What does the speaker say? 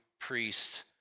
priest